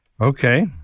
Okay